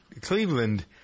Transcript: Cleveland